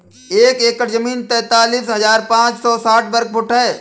एक एकड़ जमीन तैंतालीस हजार पांच सौ साठ वर्ग फुट है